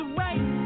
right